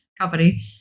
company